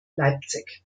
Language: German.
leipzig